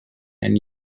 and